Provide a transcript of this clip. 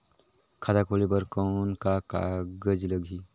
खाता खोले बर कौन का कागज लगही?